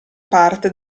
parte